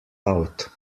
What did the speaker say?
out